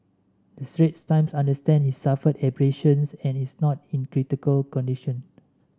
the Straits Times understands he suffered abrasions and is not in critical condition